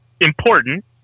important